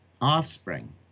offspring